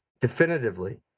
definitively